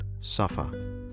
suffer